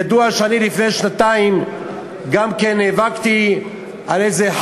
ידוע שלפני שנתיים גם נאבקתי נגד אחד